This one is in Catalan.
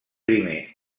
primer